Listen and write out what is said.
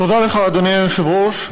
אדוני היושב-ראש,